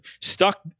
stuck